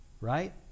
right